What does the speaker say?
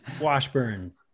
Washburn